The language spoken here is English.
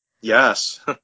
yes